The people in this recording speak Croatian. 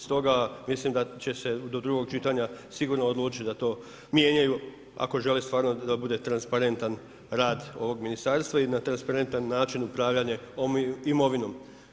Stoga mislim da će se do drugog čitanja sigurno odlučiti da to mijenjaju ako želi stvarno da bude transparentan rad ovog ministarstva i na transparentan način upravljanje imovinom.